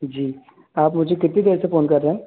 जी आप मुझे कितनी देर से फोन कर रहे हैं